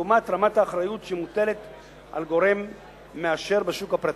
לעומת רמת האחריות שמוטלת על גורם מאשר בשוק הפרטי.